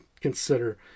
consider